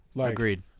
agreed